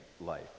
life